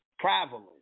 traveling